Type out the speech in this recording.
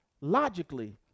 logically